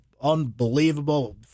unbelievable